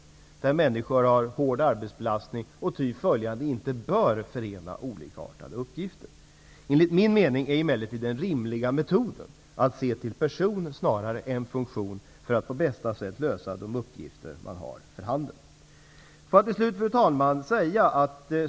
Om t.ex. människor har hård arbetsbelastning, bör de inte förena olikartade uppgifter. Enligt min mening är den rimliga metoden snarare att se till personen än funktionen för att på bästa sätt lösa de uppgifter som man har för handen. Fru talman!